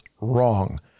wrong